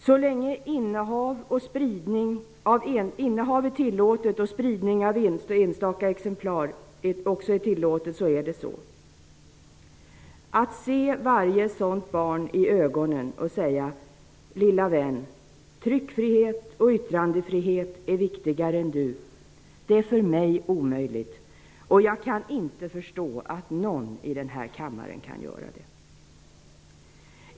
Så länge innehav och också spridning av enstaka exemplar är tillåtet finns alltså denna risk. Det är för mig omöjligt att se varje utnyttjat barn i ögonen och säga: Lilla vän, tryckfrihet och yttrandefrihet är viktigare än du. Jag kan inte förstå att någon i den här kammaren kan göra det.